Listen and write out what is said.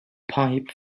pipe